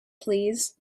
please